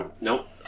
Nope